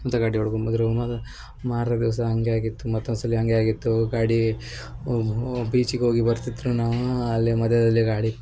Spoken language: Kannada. ಮತ್ತೆ ಗಾಡಿ ಹೊಡ್ಕೊಂಡ್ ಬಂದರು ಮತ್ತೆ ಮಾರನೇ ದಿವಸ ಹಂಗೆ ಆಗಿತ್ತು ಮತ್ತೊಂದು ಸಲ ಹಂಗೆ ಆಗಿತ್ತು ಗಾಡಿ ಬೀಚಿಗೆ ಹೋಗಿ ಬರ್ತಿದ್ದರು ನಾವು ಅಲ್ಲೇ ಮಧ್ಯದಲ್ಲೇ ಗಾಡಿ